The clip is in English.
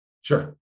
Sure